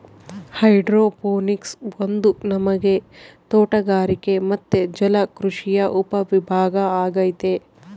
hydroponics ಒಂದು ನಮನೆ ತೋಟಗಾರಿಕೆ ಮತ್ತೆ ಜಲಕೃಷಿಯ ಉಪವಿಭಾಗ ಅಗೈತೆ